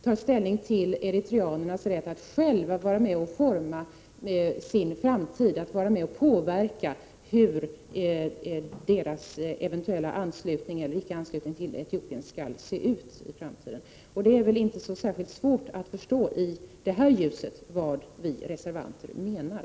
Vi tar ställning för eritreanernas rätt att själva vara med och forma sin framtid, vara med och påverka hur deras eventuella anslutning till Etiopien skall se ut i framtiden. Det är i detta ljus inte särskilt svårt att förstå vad vi reservanter menar.